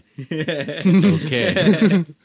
Okay